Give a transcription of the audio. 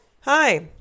hi